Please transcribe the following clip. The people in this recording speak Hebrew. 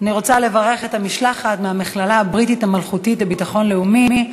אני רוצה לברך את המשלחת מהמכללה הבריטית המלכותית לביטחון לאומי,